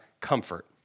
comfort